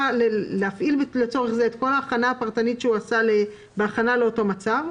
ולהפעיל לצורך זה את כל ההכנה הפרטנית שהוא עשה בהכנה לאותו מצב,